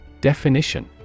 Definition